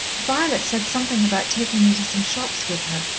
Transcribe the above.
violet said something about taking me to some shops with her,